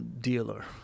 dealer